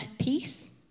peace